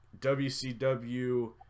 WCW